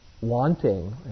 wanting